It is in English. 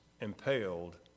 impaled